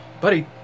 buddy